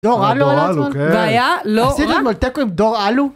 דור אלו היה אצלך, דור אלו, כן, והיה לא רע, עשית אתמול תיקו עם דור אלו?